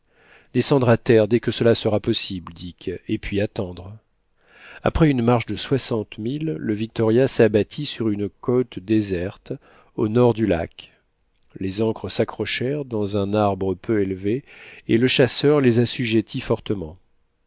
descendre à terre dès que cela sera possible dick et puis attendre après une marche de soixante milles le victoria s'abattit sur une côte déserte au nord du lac les ancres s'accrochèrent dans un arbre peu élevé et le chasseur les assujettit fortement